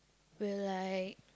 will like